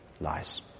lies